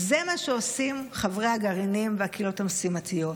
זה מה שעושים חברי הגרעינים והקהילות המשימתיות,